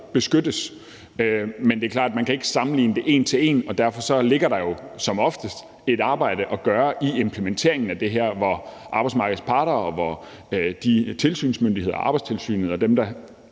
dårligere. Men det er klart, at man ikke kan sammenligne det en til en, og derfor ligger der jo som oftest et arbejde at gøre i implementeringen af det her, hvor arbejdsmarkedets parter og de tilsynsmyndigheder, Arbejdstilsynet og dem, der